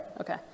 Okay